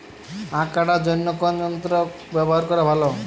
আঁখ কাটার জন্য কোন যন্ত্র ব্যাবহার করা ভালো?